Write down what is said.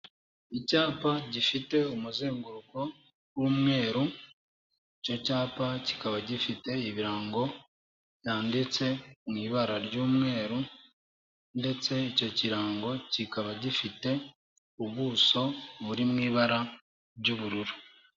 Icyapa gifite umuzenguruko w'umweru, icyo cyapa kikaba gifite ibirango byanditse mu ibara ry'umweru ndetse icyo kirango kikaba gifite ubuso buri mu ibara ry'ubururu.